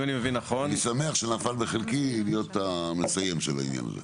אם אני מבין נכון --- אני שמח שנפל בחלקי להיות המסיים של העניין הזה.